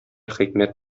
хикмәт